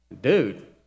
Dude